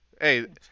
Hey